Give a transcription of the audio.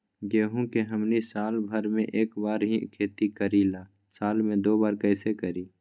गेंहू के हमनी साल भर मे एक बार ही खेती करीला साल में दो बार कैसे करी?